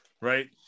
right